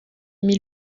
mille